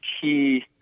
key